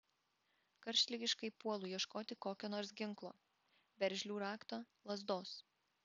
karštligiškai puolu ieškoti kokio nors ginklo veržlių rakto lazdos